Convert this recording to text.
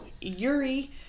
Yuri